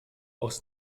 aus